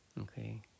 Okay